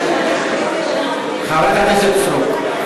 חברת הכנסת סטרוק,